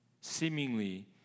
seemingly